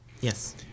Yes